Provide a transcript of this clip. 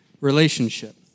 relationship